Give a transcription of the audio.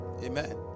Amen